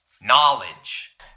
knowledge